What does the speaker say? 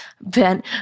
Ben